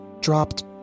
dropped